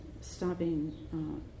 stopping